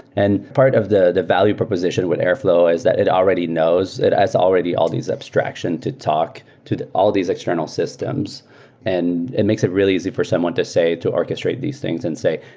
and part of the the value proposition with airflow is that it already knows. it has already all these abstraction to talk to to all these external systems and it makes it really easy for someone to say to orchestrate these things and say,